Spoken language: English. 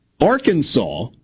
Arkansas